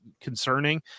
concerning